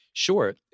Sure